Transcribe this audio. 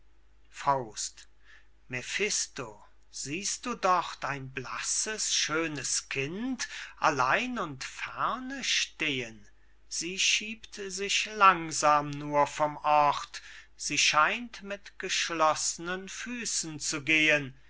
ich mephistopheles was mephisto siehst du dort ein blasses schönes kind allein und ferne stehen sie schiebt sich langsam nur vom ort sie scheint mit geschloßnen füßen zu gehen